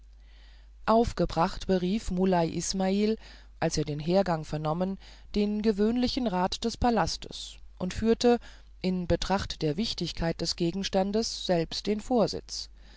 aufgebracht berief muley ismael als er den hergang vernommen den gewöhnlichen rat des palastes und führte in betracht der wichtigkeit des gegenstandes selbst den vorsitz